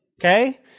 okay